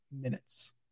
minutes